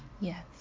yes